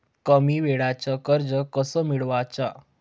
कमी वेळचं कर्ज कस मिळवाचं?